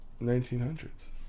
1900s